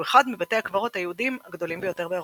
שהוא אחד מבתי הקברות היהודיים הגדולים ביותר באירופה.